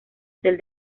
del